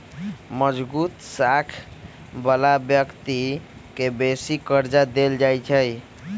मजगुत साख बला व्यक्ति के बेशी कर्जा देल जाइ छइ